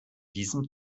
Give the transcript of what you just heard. diesem